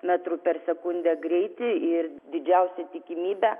metrų per sekundę greitį ir didžiausia tikimybė